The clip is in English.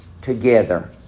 together